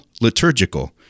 liturgical